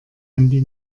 handy